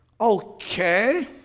Okay